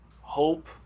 hope